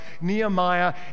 Nehemiah